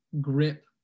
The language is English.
grip